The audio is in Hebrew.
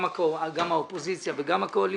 גם האופוזיציה וגם הקואליציה.